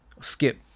Skip